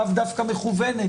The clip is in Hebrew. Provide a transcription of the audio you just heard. לאו דווקא מכוונת.